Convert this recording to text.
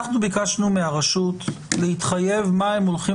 אנחנו ביקשנו מהרשות להתחייב מה הם הולכים